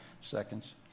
seconds